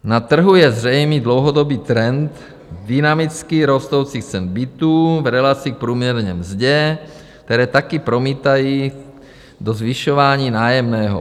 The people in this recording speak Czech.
Na trhu je zřejmý dlouhodobý trend dynamicky rostoucích cen bytů v relaci k průměrně mzdě, které se taky promítají do zvyšování nájemného.